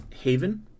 Haven